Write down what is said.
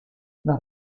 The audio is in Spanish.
nos